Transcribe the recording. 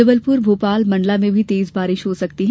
जबलपुर भोपाल मंडला में भी तेज बारिश हो सकती है